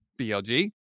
BLG